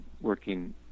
working